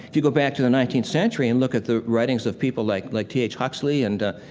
if you go back to the nineteenth century and look at the writings of people like like t. h. huxley, and, ah,